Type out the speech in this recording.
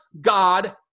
God